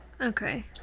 Okay